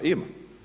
Ima.